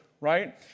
right